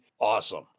awesome